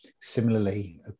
similarly